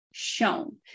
shown